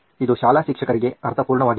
ಇದು ಶಾಲಾ ಶಿಕ್ಷಕರಿಗೆ ಅರ್ಥಪೂರ್ಣವಾಗಿದೆ